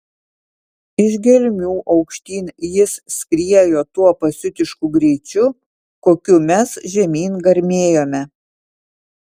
iš gelmių aukštyn jis skriejo tuo pasiutišku greičiu kokiu mes žemyn garmėjome